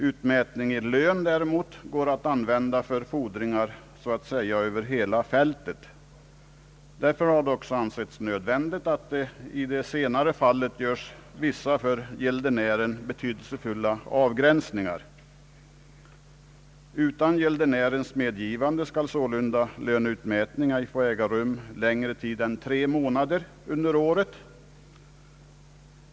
Utmätning i lön däremot går att använda för fordringar så att säga över hela fältet. Det har därför också ansetts nödvändigt att det i det senare fallet görs vissa för gäldenären betydelsefulla avgränsningar. Utan gäldenärens medgivande skall sålunda löneutmätning ej få äga rum under längre tid än tre månader under året.